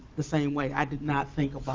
the same way, i did not think